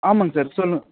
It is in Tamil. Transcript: ஆமாங்க சார் சொல்லுங்க